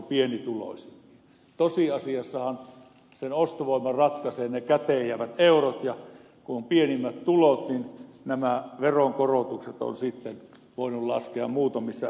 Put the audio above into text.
tosiasiassahan sen ostovoiman ratkaisevat ne käteenjäävät eurot ja kun on pienimmät tulot nämä veronkorotukset on sitten voinut laskea muutamissa euroissa